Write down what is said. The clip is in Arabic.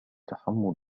تحمل